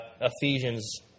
Ephesians